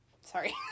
Sorry